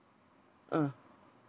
ah